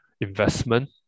investment